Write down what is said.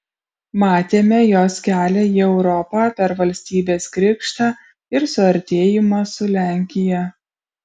matėme jos kelią į europą per valstybės krikštą ir suartėjimą su lenkija